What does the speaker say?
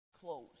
close